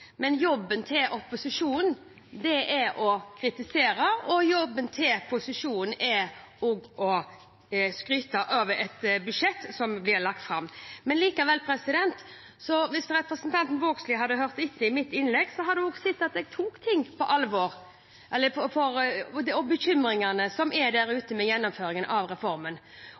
men jobben til opposisjonen er å kritisere, og jobben til posisjonen er å skryte av et budsjett som blir lagt fram. Hvis representanten Vågslid hadde hørt etter under mitt innlegg, hadde hun hørt at jeg tok bekymringene som er der ute knyttet til gjennomføringen av reformen,